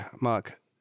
Mark